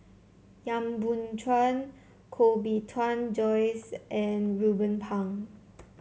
Yap Boon Chuan Koh Bee Tuan Joyce and Ruben Pang